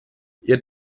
ihr